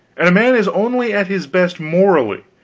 and a man is only at his best, morally,